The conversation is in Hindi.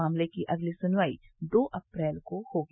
मामले की अगली सुनवाई दो अप्रैल को होगी